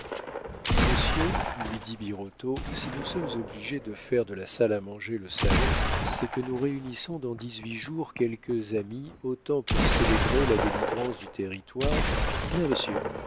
monsieur lui dit birotteau si nous sommes obligés de faire de la salle à manger le salon c'est que nous réunissons dans dix-huit jours quelques amis autant pour célébrer la délivrance du territoire bien monsieur